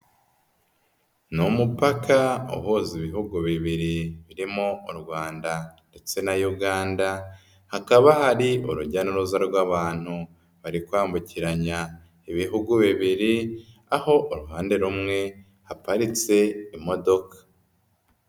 Ni umupaka uhuza ibihugu bibiri birimo u Rwanda ndetse na Uganda, hakaba hari urujya n'uruza rw'abantu bari kwambukiranya ibihugu bibiri, aho uruhande rumwe haparitse imodoka.